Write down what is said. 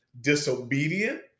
disobedient